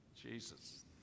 Jesus